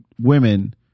women